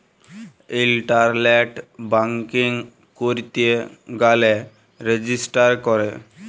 ইলটারলেট banking ক্যইরতে গ্যালে register ক্যরে